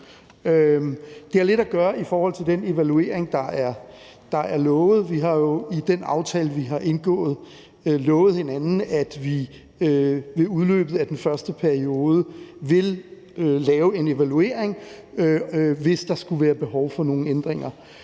Det har lidt at gøre med den evaluering, der er lovet. Vi har jo i den aftale, vi har indgået, lovet hinanden, at vi ved udløbet af den første periode vil lave en evaluering, hvis der skulle være behov for nogle ændringer.